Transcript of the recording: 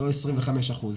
לא 25 אחוזים.